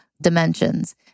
dimensions